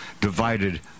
divided